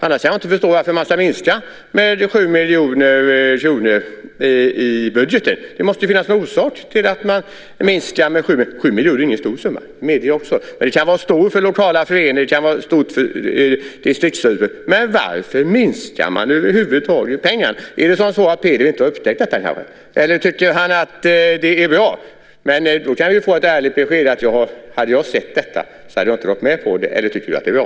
Annars kan jag inte förstå varför man ska minska med 7 miljoner kronor i budgeten. Det måste finnas någon orsak till att man minskar med 7 miljoner. 7 miljoner är inte någon stor summa. Jag medger det. Men den kan vara stor för den lokala föreningen eller distriktsstyrelsen. Varför minskar man över huvud taget pengarna? Har Peter inte upptäckt detta, eller tycker han att det är bra? Kan jag få ett ärligt besked: Hade jag sett detta hade jag inte varit med på det, eller tycker du att det är bra?